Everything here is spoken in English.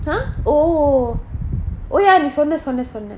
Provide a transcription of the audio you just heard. !huh! oh oh ya this one this one this one